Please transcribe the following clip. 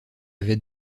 avait